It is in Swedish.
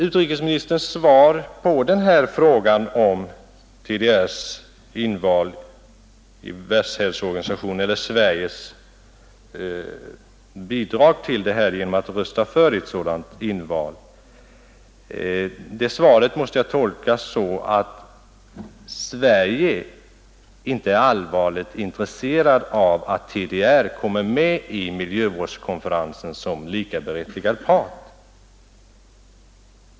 Utrikesministerns svar på denna fråga om Sveriges bidrag till TDR:s inval i Världshälsoorganisationen genom att rösta för ett sådant inval, måste jag tolka så att Sverige inte är allvarligt intresserat av att TDR kommer med i miljövårdskonferensen som likaberättigad part.